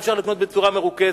אי-אפשר לקנות בצורה מרוכזת.